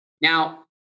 Now